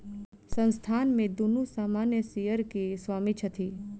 संस्थान में दुनू सामान्य शेयर के स्वामी छथि